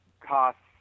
costs